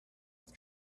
with